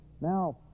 Now